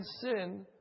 sin